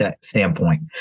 standpoint